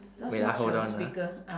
wait ah hold on ah